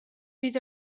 fydd